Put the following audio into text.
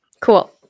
cool